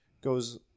goes